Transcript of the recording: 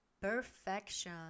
perfection